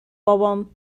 بابام